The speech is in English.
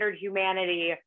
humanity